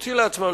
ולהוציא לעצמם,